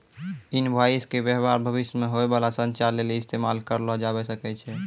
invoice के व्य्वहार भविष्य मे होय बाला संचार लेली इस्तेमाल करलो जाबै सकै छै